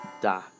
Da